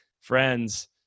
friends